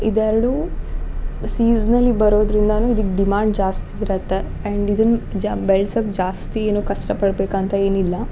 ಇದೆರಡು ಸೀಸ್ನಲಿ ಬರೋದ್ರಿಂದನು ಇದಕ್ಕೆ ಡಿಮಾಂಡ್ ಜಾಸ್ತಿ ಇರತ್ತೆ ಆ್ಯಂಡ್ ಇದನ್ನ ಜಾ ಬೆಳ್ಸಕ್ಕೆ ಜಾಸ್ತಿ ಏನು ಕಷ್ಟಪಡ್ಬೇಕಂತ ಏನಿಲ್ಲ